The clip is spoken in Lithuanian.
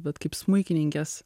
vat kaip smuikininkės